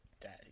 Daddy